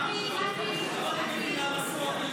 תוספת תקציב לא נתקבלו.